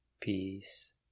peace